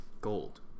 gold